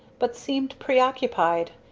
but seemed preoccupied,